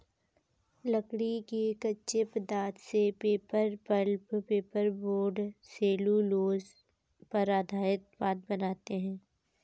लकड़ी के कच्चे पदार्थ से paper, pulp, paper board, cellulose पर आधारित उत्पाद बनाते हैं